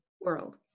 world